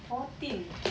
fourteen